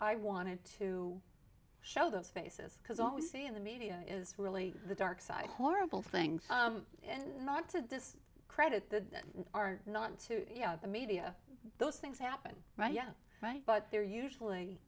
i wanted to show those faces because all we see in the media is really the dark side of horrible things and not to this credit that are not to the media those things happen right yeah right but they're usually